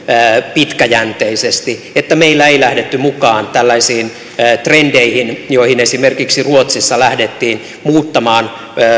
pitkäjänteisesti että meillä ei lähdetty mukaan tällaisiin trendeihin joihin esimerkiksi ruotsissa lähdettiin muuttamaan